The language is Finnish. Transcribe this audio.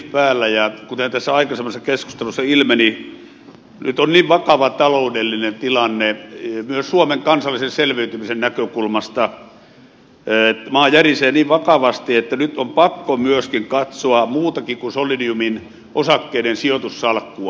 ja kuten tässä aikaisemmassa keskustelussa ilmeni nyt on niin vakava taloudellinen tilanne myös suomen kansallisen selviytymisen näkökulmasta maa järisee niin vakavasti että nyt on pakko myöskin katsoa muutakin kuin solidiumin osakkeiden sijoitussalkkua